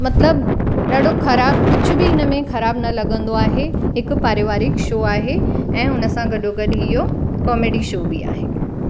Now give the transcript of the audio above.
मतिलबु ॾाढो ख़राबु कुझु बि हुन में ख़राबु न लॻंदो आहे हिकु पारिवारिक शो आहे ऐं हुन सां गॾो गॾु इहो कॉमेडी शो बि आहे